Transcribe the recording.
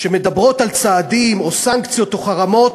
שמדברות על צעדים או סנקציות או חרמות,